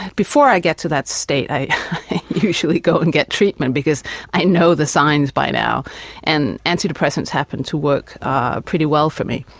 before i get to that state i usually go and get treatment because i know the signs by now and anti-depressants happen to work pretty well for me.